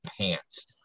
pants